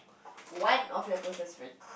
one of your closest friend